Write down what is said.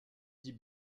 dit